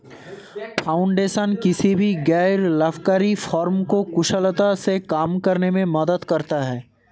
foundation किसी भी गैर लाभकारी फर्म को कुशलता से काम करने में मदद करता हैं